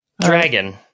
Dragon